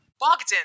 Bogdan